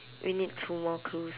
we need two more clues